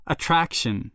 Attraction